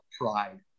pride